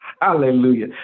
hallelujah